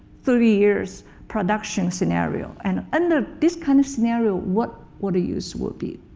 thirty years production scenario. and under this kind of scenario, what water use will be.